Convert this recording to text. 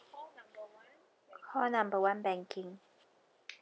call number one banking